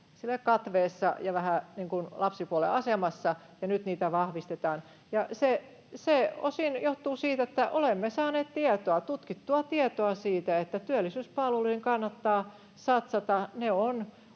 kuin lapsipuolen asemassa, ja nyt niitä vahvistetaan. Se johtuu osin siitä, että olemme saaneet tutkittua tietoa siitä, että työllisyyspalveluihin kannattaa satsata.